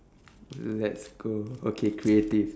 let's go okay creative